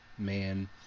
man